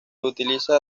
utiliza